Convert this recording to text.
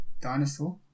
dinosaur